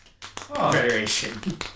Federation